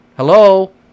Hello